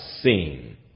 seen